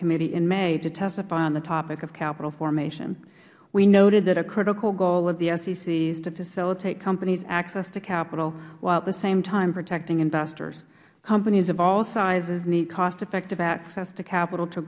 committee in may to testify on the topic of capital formation we noted that a critical goal of the sec is to facilitate companies access to capital while at the same time protecting investors companies of all sizes need cost effective access to capital to